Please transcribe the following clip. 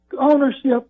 ownership